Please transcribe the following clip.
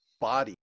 body